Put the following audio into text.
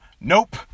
nope